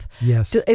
Yes